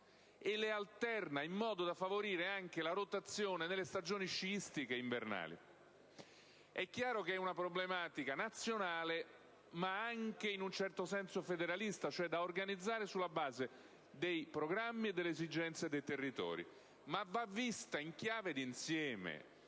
alternandole in modo da favorire anche la rotazione nelle stagioni sciistiche invernali. È chiaro che è una problematica nazionale, ma anche, in un certo senso, federalista, da organizzare sulla base dei programmi e delle esigenze dei territori, vedendola però in chiave d'insieme.